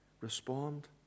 respond